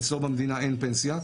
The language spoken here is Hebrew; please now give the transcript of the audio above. אצלו במדינה אין פנסיה,